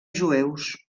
jueus